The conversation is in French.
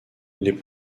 les